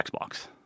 Xbox